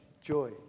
joy